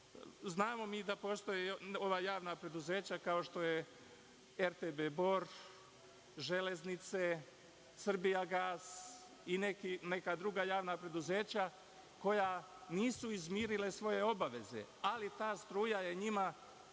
Znamo mi da postoje javna preduzeća, kao što je RTB Bor, „Železnice“, Srbijagas i neka druga javna preduzeća, koja nisu izmirila svoje obaveze, ali ta struja je njima fakturisana.